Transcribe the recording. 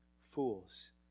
fools